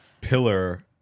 pillar